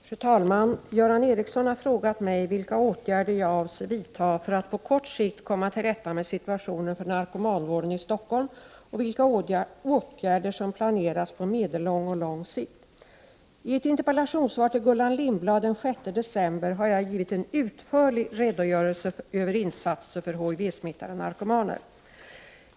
Fru talman! Göran Ericsson har frågat mig vilka åtgärder jag avser vidtaga för att på kort sikt komma till rätta med situationen för narkomanvården i Stockholm och vilka åtgärder som planeras på medellång och lång sikt. I ett interpellationssvar till Gullan Lindblad den 6 december har jag givit en utförlig redogörelse över insatser för HTIV-smittade narkomaner.